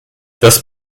das